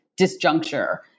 disjuncture